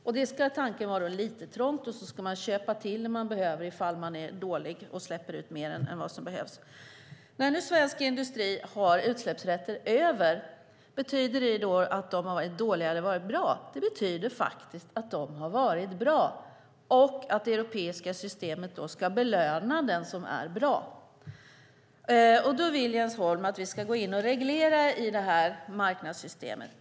Tanken är att det ska vara lite trångt, och så ska man köpa till om man behöver ifall man är dålig och släpper ut mer än vad som behövs. När nu svensk industri har utsläppsrätter över, betyder det att de har varit dåliga eller varit bra? Det betyder faktiskt att de har varit bra, och det europeiska systemet ska belöna den som är bra. Då vill Jens Holm att vi ska gå in och reglera i det här marknadssystemet.